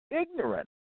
ignorant